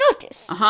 notice